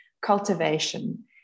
cultivation